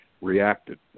reacted